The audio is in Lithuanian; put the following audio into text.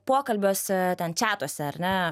pokalbiuose ten četuose ar ne